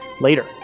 later